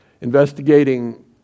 investigating